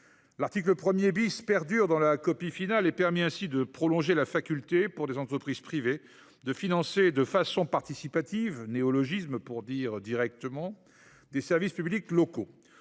L’article 1 perdure dans la copie finale et permet ainsi de prolonger la faculté, pour des entreprises privées, de financer « de façon participative »– formulation pour dire « directement »– des services publics locaux.